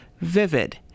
Vivid